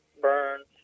burns